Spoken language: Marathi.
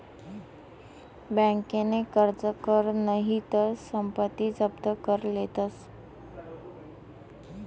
बँकन कर्ज कर नही तर संपत्ती जप्त करी लेतस